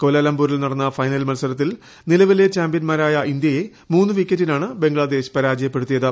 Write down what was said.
കോലാലംപൂരിൽ നടന്ന ഫൈനൽ മത്സരത്തിൽ നിലവിലെ ചാമ്പൃന്മാരായ ഇന്ത്യയെ മൂന്ന് വിക്കറ്റിനാണ് ബംഗ്ലാദേശ് പരാജയപ്പെടുത്തിയത്